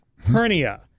Hernia